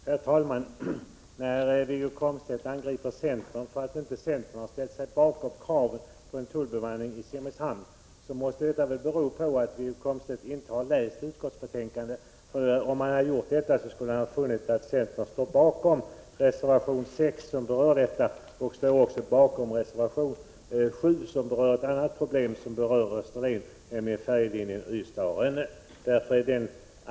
Herr talman! När Wiggo Komstedt angriper centern för att inte ha ställt sig 24 april 1986 bakom kravet på en tullbemanning i Simrishamn måste detta bero på att Wiggo Komstedt inte har läst utskottsbetänkandet. Om han hade gjort det, skulle han ha funnit att centern står bakom reservation 6, som berör detta. Centern står också bakom reservation 7, som gäller ett annat problem som berör Österlen, nämligen färjelinjen Ystad-Rönne.